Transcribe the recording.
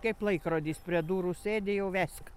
kaip laikrodis prie durų sėdi jau vesk